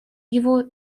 его